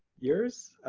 years,